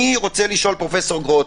אני רוצה לשאול, פרופ' גרוטו,